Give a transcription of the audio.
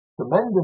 tremendous